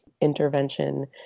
intervention